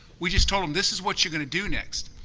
we just told them, this is what you're going to do next.